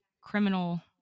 criminal